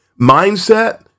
mindset